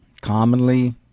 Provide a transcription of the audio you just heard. commonly